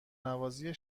نوازی